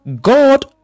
god